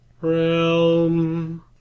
Realm